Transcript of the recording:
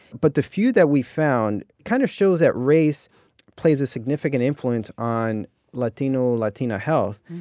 but the few that we found kind of shows that race plays a significant influence on latino-latina health.